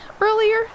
earlier